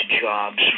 jobs